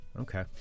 Okay